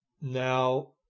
now